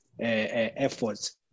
efforts